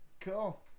cool